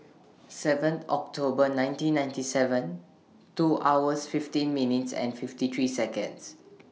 seven October nineteen ninety seven two hours fifteen minutes and fifty three Seconds